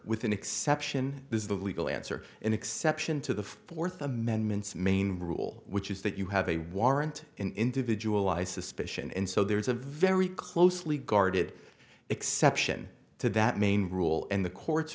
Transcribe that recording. with an exception is the legal answer an exception to the fourth amendments main rule which is that you have a warrant individualized suspicion and so there is a very closely guarded exception to that main rule and the courts